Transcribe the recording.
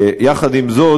עם זאת,